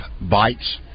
bites